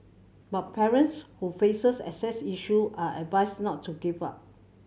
but parents who faces access issue are advised not to give up